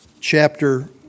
Chapter